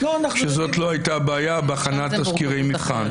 שזאת לא הייתה הבעיה בהכנת תזכירי מבחן.